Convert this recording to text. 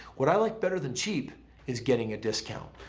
what i like better than cheap is getting a discount.